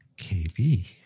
KB